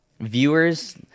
viewers